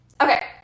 okay